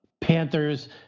Panthers